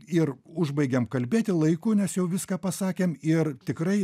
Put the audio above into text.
ir užbaigiam kalbėti laiku nes jau viską pasakėm ir tikrai